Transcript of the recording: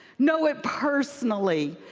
know it personally.